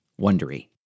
Wondery